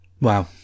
wow